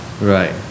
right